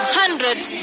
hundreds